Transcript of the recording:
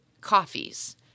coffees